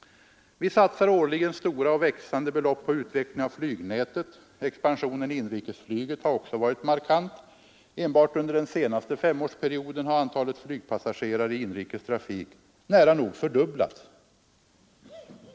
Vi satsar årligen stora och växande belopp på utveckling av flygnätet. Expansionen i inrikesflyget har också varit markant. Enbart under den senaste femårsperioden har antalet flygpassagerare i inrikestrafik nära nog fördubblats.